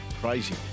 crazy